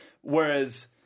Whereas